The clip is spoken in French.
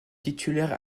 titulaire